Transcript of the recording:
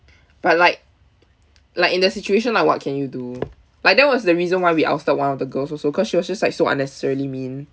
but like like in the situation like what can you do like that was the reason why we ousted one of the girls also because she was just like so unnecessarily mean